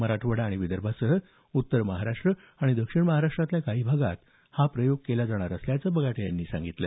मराठवाडा आणि विदर्भासह उत्तर महाराष्ट्र आणि दक्षिण महाराष्टातल्या काही भागात हा प्रयोग केला जाणार असल्याचं बगाटे यांनी सांगितलं